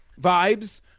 vibes